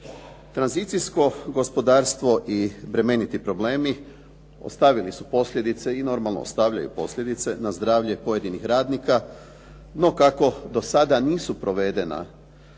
Tranzicijsko gospodarstvo i bremeniti problemi ostavili su posljedice i normalno, ostavljaju posljedice na zdravlje pojedinih radnika, no kako do sada nisu provedena